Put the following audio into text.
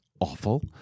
awful